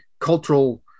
cultural